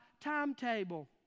timetable